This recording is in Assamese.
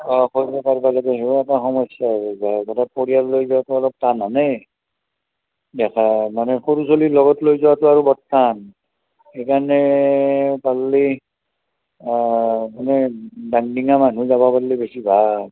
অঁ এটা সমস্যা হৈ যায় গোটেই পৰিয়াল লৈ যোৱাটো অলপ টান হান নে দেখা মানে সৰু চলি লগত লৈ যোৱাটো আৰু বৰ টান সেইকাৰণে পাল্লি মানে ডাঙডিঙা মানুহ যাব পাল্লি বেছি ভাল